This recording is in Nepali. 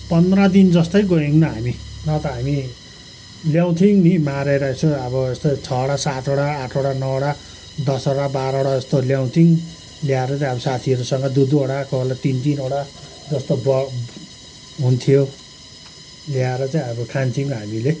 पन्ध्र दिन जस्तै गयौँ न हामी नभए त हामी ल्याउँथ्यौँ नि मारेर यसो अब यसो छवटा सातवटा आठवटा नौवटा दसवटा बाह्रवटा जस्तो ल्याउँथ्यौँ ल्याएर त्यहाँबाट साथीहरूसँग दुई दुईवटा कोही बेला तिन तिनवटा जस्तो ब हुन्थ्यो ल्याएँर चाहिँ अब खान्थ्यौँ हामीले